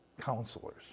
counselors